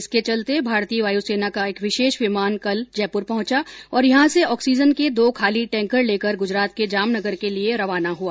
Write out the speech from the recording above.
इसके चलते भारतीय वायु सेना का एक विशेष विमान कल जयपुर पहुंचा और यहां से ऑक्सीजन के दो खाली टेंकर लेकर गुजरात के जामनगर के लिए रवाना हुआ